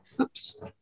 Oops